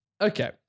Okay